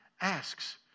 asks